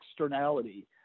externality